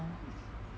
uh